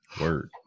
Word